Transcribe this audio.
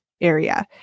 area